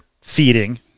feeding